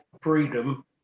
freedom